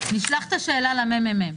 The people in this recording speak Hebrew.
נשלח את השאלה לממ"מ.